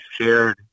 shared